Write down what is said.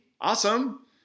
awesome